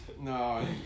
No